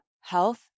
health